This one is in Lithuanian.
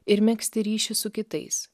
ir megzti ryšį su kitais